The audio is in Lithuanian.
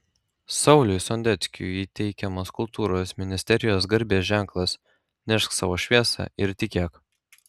sauliui sondeckiui įteikiamas kultūros ministerijos garbės ženklas nešk savo šviesą ir tikėk